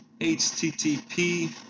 http